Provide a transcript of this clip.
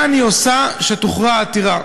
מה אני עושה כשתוכרע העתירה?